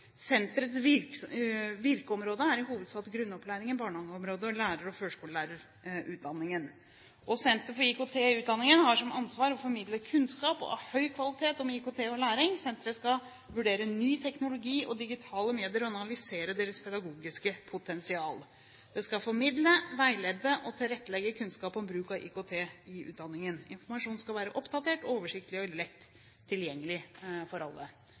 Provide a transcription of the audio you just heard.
Senterets virkeområde er i hovedsak grunnopplæringen, barnehageområdet og lærer- og førskolelærerutdanningen. Senter for IKT i utdanningen har ansvar for å formidle kunnskap av høy kvalitet om IKT og læring. Senteret skal vurdere ny teknologi og digitale medier og analysere deres pedagogiske potensial. Det skal formidle, veilede og tilrettelegge kunnskap om bruk av IKT i utdanningen. Informasjonen skal være oppdatert, oversiktlig og lett tilgjengelig for alle.»